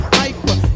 hyper